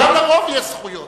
גם לרוב יש זכויות.